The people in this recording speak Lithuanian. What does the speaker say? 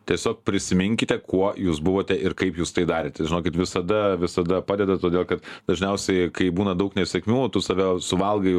tiesiog prisiminkite kuo jūs buvote ir kaip jūs tai darėte žinokit visada visada padeda todėl kad dažniausiai kai būna daug nesėkmių o tu save suvalgai